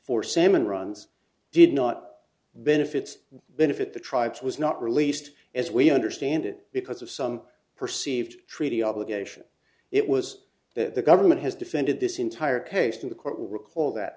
for salmon runs did not benefits benefit the tribes was not released as we understand it because of some perceived treaty obligation it was that the government has defended this entire case in the court will recall that